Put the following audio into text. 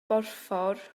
borffor